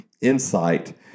insight